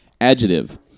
adjective